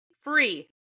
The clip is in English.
free